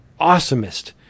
awesomest